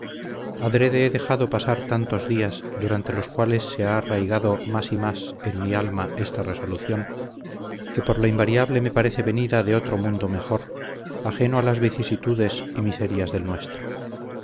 adrede he dejado pasar tantos días durante los cuales se ha arraigado más y más en mi alma esta resolución que por lo invariable parece venida de otro mundo mejor ajeno a las vicisitudes y miserias del nuestro